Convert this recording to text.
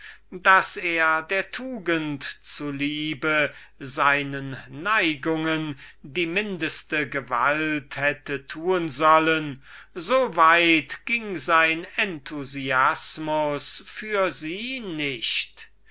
daß er ihr zu lieb seinen neigungen die mindeste gewalt hätte tun sollen so weit ging sein enthusiasmus für sie nicht